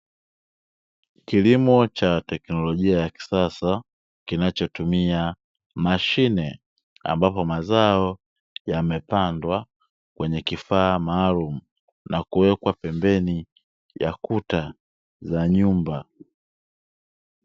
Kilimo cha teknolojia ya kisasa kinachotumia mashine, ambapo mazao yamepandwa kwenye kifaa maalumu na kuwekwa pembeni ya kuta za nyumba.